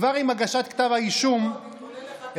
כבר עם הגשת כתב האישום הבנו,